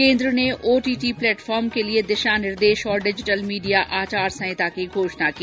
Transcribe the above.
केन्द्र ने OTT platform के लिए दिशा निर्देश और डिजिटल मीडिया आचार संहित की घोषणा की